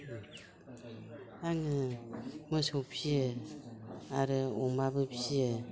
आङो मोसौ फियो आरो अमाबो फियो